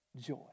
joy